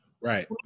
right